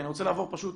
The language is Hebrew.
אני רוצה לעבור על